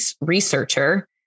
researcher